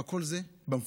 אבל כל זה במפוקחים,